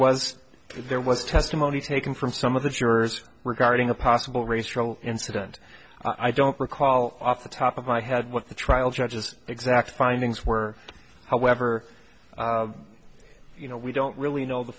was there was testimony taken from some of the jurors regarding a possible racial incident i don't recall off the top of my head what the trial judge's exact findings were however you know we don't really know the